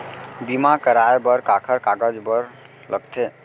बीमा कराय बर काखर कागज बर लगथे?